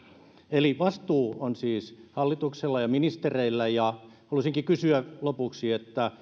eli vastuu on siis hallituksella ja ministereillä ja haluaisinkin kysyä lopuksi